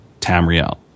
Tamriel